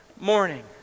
morning